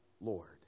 Lord